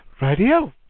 Radio